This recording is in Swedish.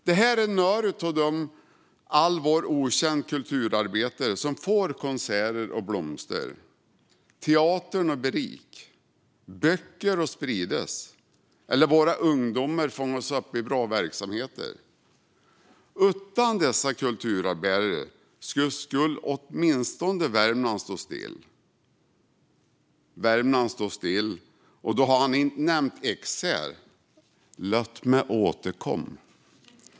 Detta är några av alla våra okända kulturarbetare som får konserter att blomstra, teatern att berika, böcker att spridas eller våra ungdomar att fångas upp i bra verksamheter. Utan dessa kulturbärare skulle åtminstone Värmland stå still. Och då har jag inte ens nämnt Ekshärad. Låt mig återkomma!